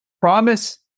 promise